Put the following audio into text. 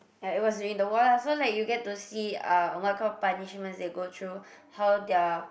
yeah it was during the war lah so like you get to see uh what kind of punishments they go through how their